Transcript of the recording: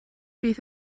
beth